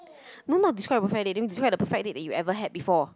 no not describe the perfect date that means describe the perfect date that you ever had before